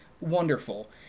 wonderful